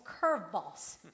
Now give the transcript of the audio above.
curveballs